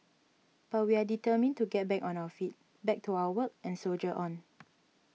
but we are determined to get back on our feet back to our work and soldier on